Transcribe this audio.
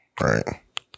right